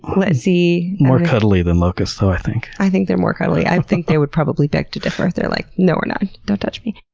let's see, more cuddly than locusts though, i think. i think they're more cuddly. i think they would probably beg to differ. they're like, no we're not. don't touch me.